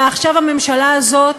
ועכשיו הממשלה הזאת,